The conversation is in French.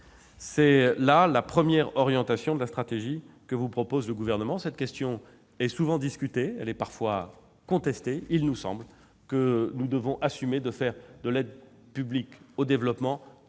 C'est là la première orientation de la stratégie que vous propose le Gouvernement. La question est souvent discutée, parfois contestée. À nos yeux, il faut assumer de faire de l'aide publique au développement